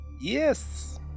yes